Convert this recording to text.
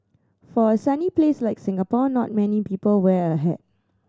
for a sunny place like Singapore not many people wear a hat